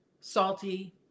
salty